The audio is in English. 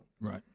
Right